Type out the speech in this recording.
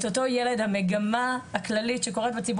את אותו ילד המגמה הכללית שקורית בציבור